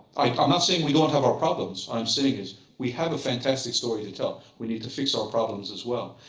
i'm not saying we don't have our problems. what i'm saying is we have a fantastic story to tell. we need to fix our problems as well.